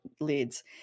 leads